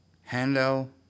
Handel